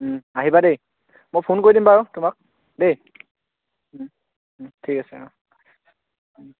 আহিবা দেই মই ফোন কৰি দিম বাৰু তোমাক দেই ঠিক আছে অ'